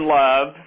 love